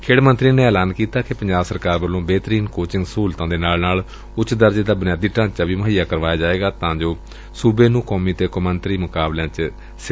ਖੇਡ ਮੰਤਰੀ ਨੇ ਐਲਾਨ ਕੀਤਾ ਕਿ ਪੰਜਾਬ ਸਰਕਾਰ ਵੱਲੋ ਬਿਹਤਰੀਨ ਕੋਚਿੰਗ ਸਹੁਲਤਾਂ ਦੇ ਨਾਲ ਨਾਲ ਉੱਚ ਦਰਜੇ ਦਾ ਬੁਨਿਆਦੀ ਢਾਂਚਾ ਮੁਹੱਈਆ ਕਰਵਾਇਆ ਜਾਵੇਗਾ ਤਾਂ ਕਿ ਸੁਬੇ ਨੂੰ ਕੌਮੀ ਅਤੇ ਕੌਮਾਂਤਰੀ ਮੁਕਾਬਲਿਆਂ ਵਿੱਚ ਸਿਖਰਾਂ ਤੇ ਲਿਜਾਇਆ ਜਾ ਸਕੇ